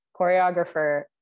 choreographer